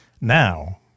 now